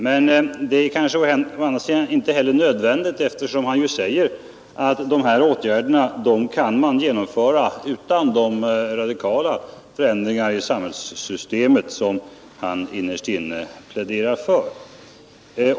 Men det är kanske å andra sidan inte heller nödvändigt, eftersom han ju säger att de av honom nämnda åtgärderna kan genomföras utan de radikala förändringar i samhällssystemet som han är förespråkare för.